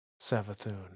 Savathun